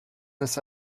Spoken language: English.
this